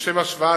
לשם השוואה,